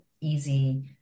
easy